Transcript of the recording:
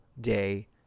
day